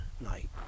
night